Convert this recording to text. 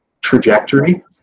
trajectory